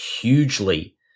hugely